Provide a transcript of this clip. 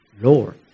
Lord